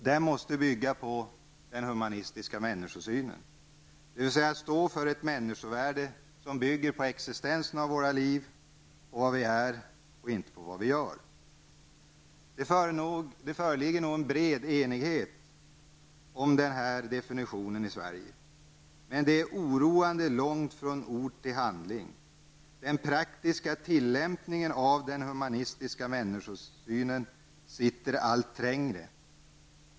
Den måste bygga på den humanistiska människosynen, dvs. att stå för ett människovärde som bygger på existensen av våra liv -- på vad vi är och inte på vad vi gör. Det föreligger nog en bred enighet om denna dimension i Sverige. Men det är oroande långt från ord till handling. Den praktiska tillämpningen av den humanistiska människosynen sitter allt trängre.